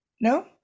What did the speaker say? No